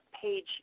page